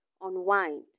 unwind